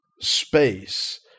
space